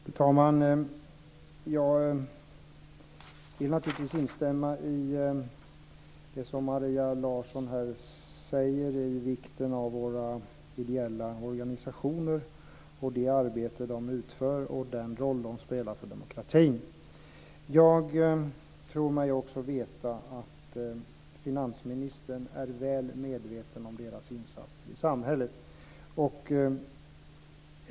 Fru talman! Jag vill naturligtvis instämma i det som Maria Larsson här säger när det gäller vikten av våra ideella organisationer, det arbete de utför och den roll de spelar för demokratin. Jag tror mig också veta att finansministern är väl medveten om deras insatser i samhället.